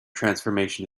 transformation